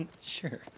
Sure